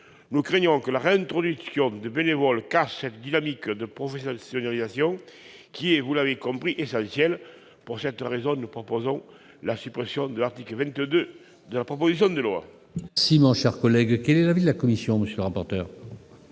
nous craignons que la réintroduction de bénévoles ne casse cette dynamique de professionnalisation, qui est, vous l'avez compris, essentielle. Pour cette raison, nous proposons la suppression de l'article 22 de la proposition de loi. Quel est l'avis de la commission ? Loin de moi